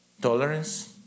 Tolerance